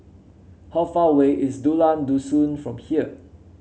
how far away is Dusun from here